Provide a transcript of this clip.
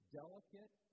delicate